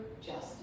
justice